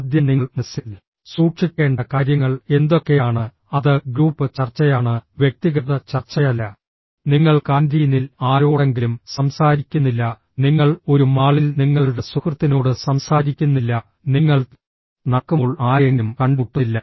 ആദ്യം നിങ്ങൾ മനസ്സിൽ സൂക്ഷിക്കേണ്ട കാര്യങ്ങൾ എന്തൊക്കെയാണ് അത് ഗ്രൂപ്പ് ചർച്ചയാണ് വ്യക്തിഗത ചർച്ചയല്ല നിങ്ങൾ കാന്റീനിൽ ആരോടെങ്കിലും സംസാരിക്കുന്നില്ല നിങ്ങൾ ഒരു മാളിൽ നിങ്ങളുടെ സുഹൃത്തിനോട് സംസാരിക്കുന്നില്ല നിങ്ങൾ നടക്കുമ്പോൾ ആരെയെങ്കിലും കണ്ടുമുട്ടുന്നില്ല